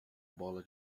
bola